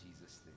Jesus